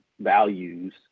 values